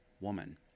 woman